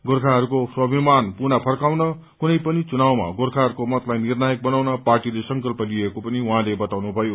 गोर्खाहरूको स्वाभिमान पुनः फर्काउन कुनै पनि चुरपवमा गोर्खाहरूको मतलाई निर्णायक बनाउन पार्टीले संकल्प लिएको बताए